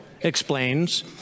explains